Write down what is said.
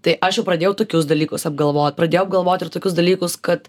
tai aš jau pradėjau tokius dalykus apgalvot pradėjau galvot ir tokius dalykus kad